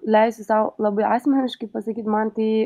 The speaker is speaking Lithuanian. leisiu sau labai asmeniškai pasakyti man tai